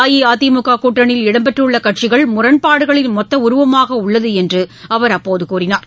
அஇஅதிமுக கூட்டணியில் இடம் பெற்றுள்ள கட்சிகள் முரண்பாடுகளின் மொத்த உருவமாக உள்ளது என்று அப்போது அவர் கூறினார்